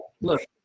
Look